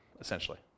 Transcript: essentially